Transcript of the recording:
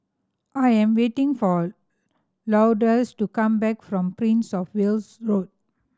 I am waiting for Lourdes to come back from Prince Of Wales Road